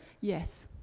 Yes